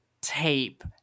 tape